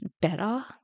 better